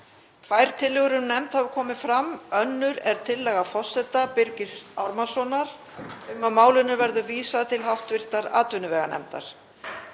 Tvær tillögur um nefnd hafa komið fram. Önnur er tillaga forseta, Birgis Ármannssonar, um að málinu verði vísað til hv. atvinnuveganefndar.